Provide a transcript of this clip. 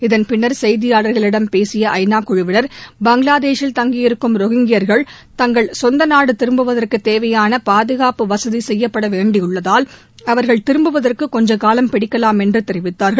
இகன் பின்னர் செய்தியாளர்களிடம் பேசிய ஐநா குழுவினர் பங்ளாதேஷில் தங்கியிருக்கும் ரோஹிங்கியர்கள் தங்கள் சொந்த நாடு திரும்புவதற்கு தேவையான பாதுகாப்பு வசதி செய்யப்பட வேண்டியுள்ளதால் அவர்கள் திரும்புவதற்கு கொஞ்சும் காலம் பிடிக்கலாம் என்று தெரிவித்தார்கள்